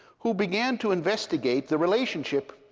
who began to investigate the relationship,